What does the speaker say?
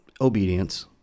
obedience